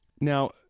Now